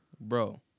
Bro